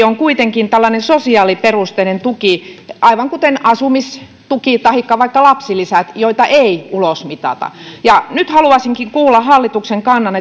on kuitenkin tällainen sosiaaliperusteinen tuki aivan kuten asumistuki taikka vaikka lapsilisät joita ei ulosmitata nyt haluaisinkin kuulla hallituksen kannan